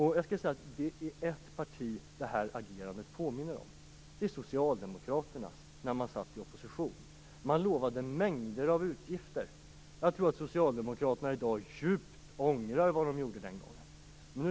Det här påminner om agerandet hos ett annat parti, nämligen Socialdemokraternas när de satt i opposition. Jag tror att Socialdemokraterna djupt ångrar vad de gjorde den gången.